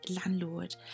landlord